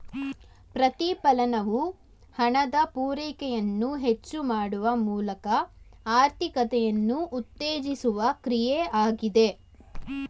ಪ್ರತಿಫಲನವು ಹಣದ ಪೂರೈಕೆಯನ್ನು ಹೆಚ್ಚು ಮಾಡುವ ಮೂಲಕ ಆರ್ಥಿಕತೆಯನ್ನು ಉತ್ತೇಜಿಸುವ ಕ್ರಿಯೆ ಆಗಿದೆ